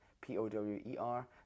P-O-W-E-R